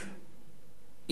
איתן, חזק.